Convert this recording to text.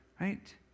right